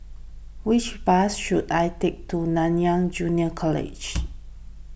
which bus should I take to Nanyang Junior College